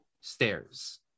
stairs